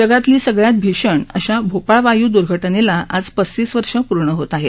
जगातली सगळ्यात भीषण अशा भोपाळ वायू द्र्घटनेला आज पस्तीस वर्ष पूर्ण होत आहेत